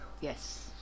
Yes